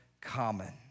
common